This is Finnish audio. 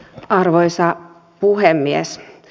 arvoisa puhemies